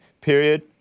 period